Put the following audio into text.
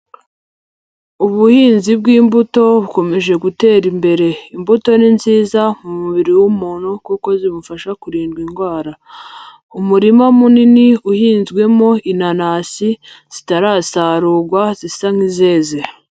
Ubuhinzi bw'imbuto bukomeje gutera imbere, imbuto ni nziza mu mubiri w'umuntu kuko zimufasha kurindwa indwara, umurima munini uhinzwemo inanasi zitarasarurwa, zisa nk'izeze.